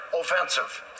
offensive